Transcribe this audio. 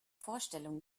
vorstellung